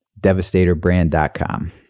devastatorbrand.com